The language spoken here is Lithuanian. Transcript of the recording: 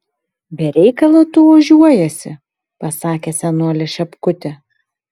be reikalo tu ožiuojiesi pasakė senolė šepkutė